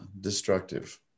destructive